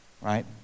Right